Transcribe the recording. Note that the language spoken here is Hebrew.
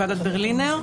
ועדת ברלינר,